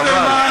חבל.